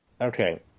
Okay